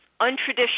untraditional